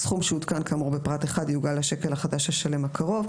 סכום שעודכן כאמור בפרט (1) יעוגל לשקל חדש השלם הקרוב.